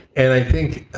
and i think